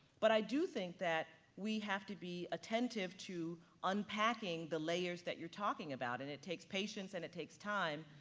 but i do think that we have to be attentive to unpacking unpacking the layers that you're talking about. and it takes patience, and it takes time,